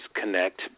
connect